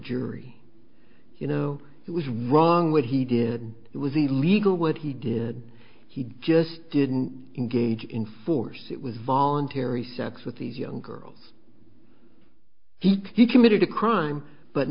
jury you know it was wrong when he did it was illegal what he did he just didn't engage in force it was voluntary sex with these young girls he committed a crime but